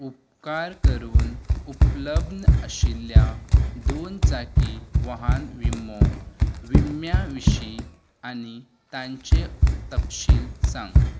उपकार करून उपलब्ध आशिल्ल्या दोन चाकी वाहन विमो विम्यां विशीं आनी तांचे तपशील सांग